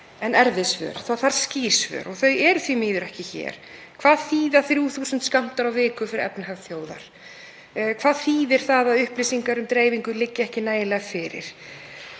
en erfið svör. Það þarf skýr svör og þau eru því miður ekki hér. Hvað þýða 3.000 skammtar á viku fyrir efnahag þjóðar? Hvað þýðir það að upplýsingar um dreifingu liggi ekki nægilega vel fyrir?